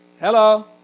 Hello